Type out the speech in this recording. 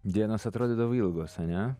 dienos atrodydavo ilgos ane